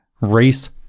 race